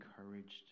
encouraged